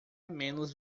menos